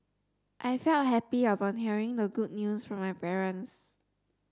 I felt happy upon hearing the good news from my parents